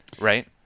Right